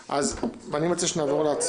אין גבול לדברים האלה.